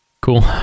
Cool